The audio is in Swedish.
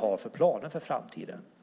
Jo,